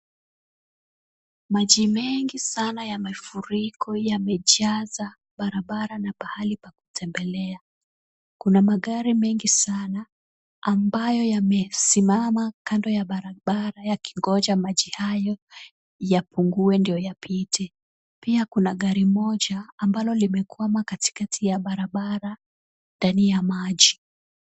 Maji mengi sana ya mafuriko yamejaza barabara na pahali pa kutembelea. Kuna magari mengi sana ambayo yamesimama kando ya barabara yakingoja maji hayo yapungue ndio yapite. Pia kuna gari moja ambalo limekwama katikati ya barabara ndani ya maji.